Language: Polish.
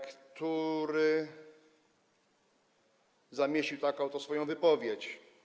który zamieścił taką oto swoją wypowiedź.